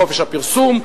חופש הפרסום,